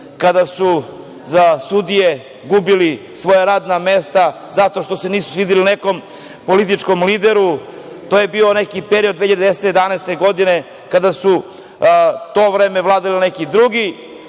kada su za sudije gubili svoja radna mesta zato što se nisu svideli nekom političkom lideru. To je bio neki period 2010, 2011. godine, kada su to vreme vladali neki drugi.